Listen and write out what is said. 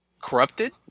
corrupted